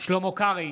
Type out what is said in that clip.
שלמה קרעי,